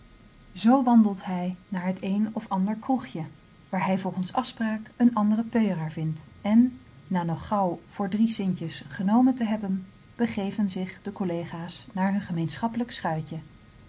zoo wandelt hij naar het een of ander kroegje waar hij volgens afspraak een anderen peuëraar vindt en na nog gauw voor drie cintjes genomen te hebben begeven zich de collega's naar hun gemeenschappelijk schuitje